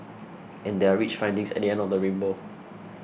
and there are rich findings at the end of the rainbow